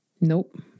Nope